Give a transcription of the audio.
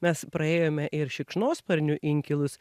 mes praėjome ir šikšnosparnių inkilus